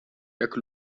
jak